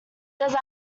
those